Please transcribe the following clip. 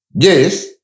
yes